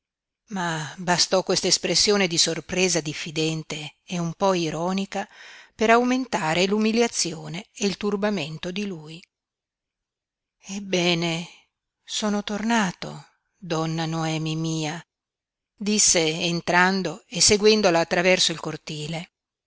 ma bastò quest'espressione di sorpresa diffidente e un po ironica per aumentare l'umiliazione e il turbamento di lui ebbene sono tornato donna noemi mia disse entrando e seguendola attraverso il cortile